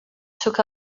took